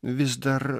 vis dar